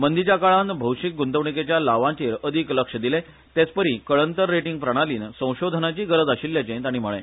मंदिच्या काळान भौशिक ग्रंतवण्केच्या लावांचेर अदीक लक्ष दिले तेचपरी कळंतर रेटींग प्रणालीन संशोधनाची गरज आशिल्ल्याचे ताणी म्हळे